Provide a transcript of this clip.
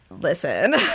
listen